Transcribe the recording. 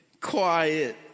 quiet